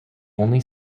only